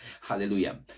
Hallelujah